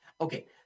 Okay